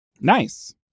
Nice